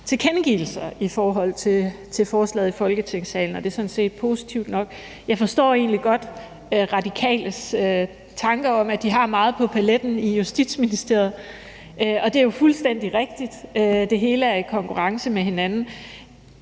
tilkendegivelser i forhold til forslaget i Folketingssalen, og det er sådan set positivt nok. Jeg forstår egentlig godt Radikales tanker om, at de har meget på paletten i Justitsministeriet. Det er jo fuldstændig rigtigt. Det hele er i konkurrence med hinanden.